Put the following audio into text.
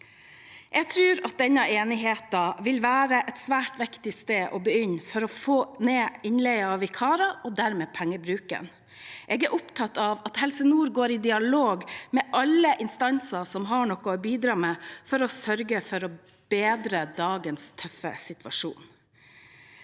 Jeg tror denne enigheten vil være et svært viktig sted å begynne for å få ned innleie av vikarer og dermed pengebruken. Jeg er opptatt av at Helse nord går i dialog med alle instanser som har noe å bidra med, for å sørge for å bedre dagens tøffe situasjon.